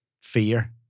fear